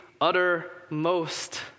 uttermost